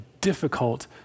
difficult